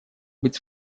быть